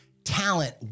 Talent